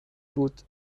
بود